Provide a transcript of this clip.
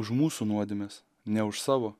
už mūsų nuodėmes ne už savo